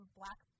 black